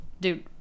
Dude